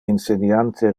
inseniante